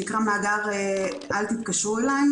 שנקרא מאגר "אל תתקשרו אלי",